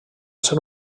ser